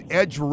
edge